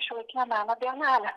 šiuolaikinio meno bienalė